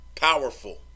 Powerful